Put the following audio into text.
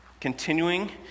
continuing